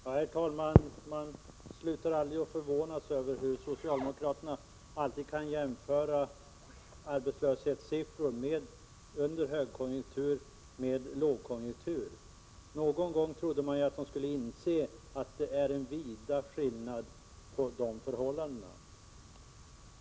Herr talman! Man slutar aldrig att förvåna sig över hur socialdemokraterna alltid kan jämföra arbetslöshetssiffror under högkonjuktur med dem under lågkonjunktur. Någon gång trodde man ju att de skulle inse att det är en vid skillnad på förhållandena.